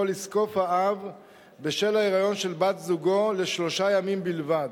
לזקוף האב בשל ההיריון של בת-זוגו לשלושה ימים בלבד,